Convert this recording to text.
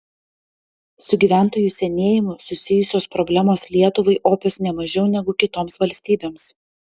su gyventojų senėjimu susijusios problemos lietuvai opios ne mažiau negu kitoms valstybėms